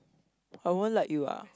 I won't like you ah